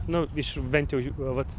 nu iš bent jau vat